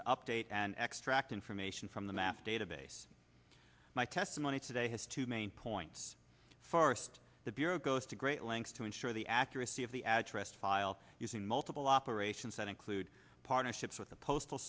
to update and extract information from the map database my testimony today has two main points forest the bureau goes to great lengths to ensure the accuracy of the address file using multiple operations that include partnerships with the postal